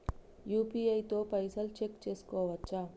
UPI తో పైసల్ check చేసుకోవచ్చా?